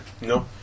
No